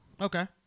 Okay